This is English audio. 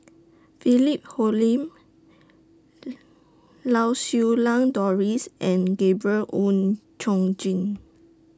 Philip Hoalim Lau Siew Lang Doris and Gabriel Oon Chong Jin